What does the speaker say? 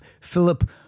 Philip